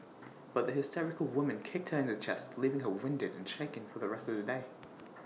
but the hysterical woman kicked her in the chest leaving her winded and shaken for the rest of the day